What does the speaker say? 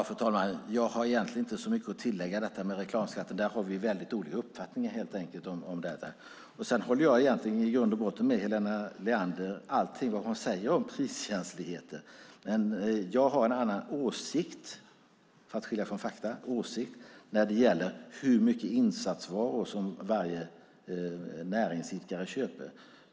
Fru talman! Jag har egentligen inte så mycket att tillägga när det gäller reklamskatten. Där har vi helt enkelt olika uppfattningar. Jag håller i grund och botten med Helena Leander om allting hon säger om priskänsligheten, men jag har en annan åsikt, vilket skiljer sig från fakta, när det gäller hur mycket insatsvaror som varje näringsidkare köper.